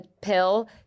pill